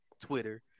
Twitter